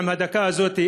בדקה הזאת,